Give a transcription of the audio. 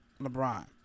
LeBron